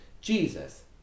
Jesus